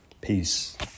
Peace